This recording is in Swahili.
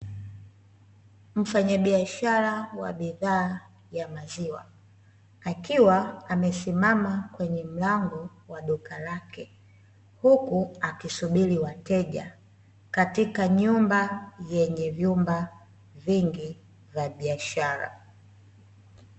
Mfanyabiashara wa bidhaa ya maziwa akiwa amesimama kwenye mlango wa duka lake huku akisubiri wateja katika nyumba yenye vyumba vingi vya biashara .